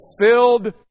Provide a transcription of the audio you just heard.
filled